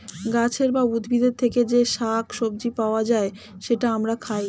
গাছের বা উদ্ভিদের থেকে যে শাক সবজি পাওয়া যায়, সেটা আমরা খাই